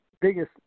biggest